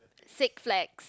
six legs